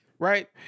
Right